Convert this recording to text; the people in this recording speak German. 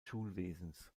schulwesens